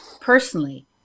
personally